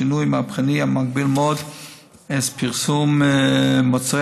לשינוי מהפכני המגביל מאוד את פרסום מוצרי